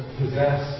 possess